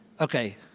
Okay